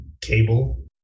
Cable